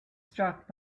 struck